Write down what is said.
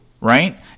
right